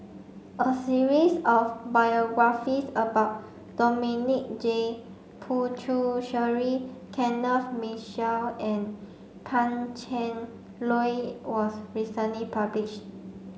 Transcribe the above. a series of biographies about Dominic J Puthucheary Kenneth Mitchell and Pan Cheng Lui was recently published